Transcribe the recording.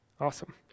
Awesome